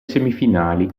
semifinali